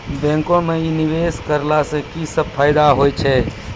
बैंको माई निवेश कराला से की सब फ़ायदा हो छै?